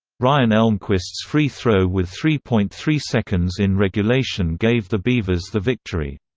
ryan elmquist's free throw with three point three seconds in regulation gave the beavers the victory.